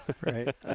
Right